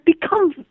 become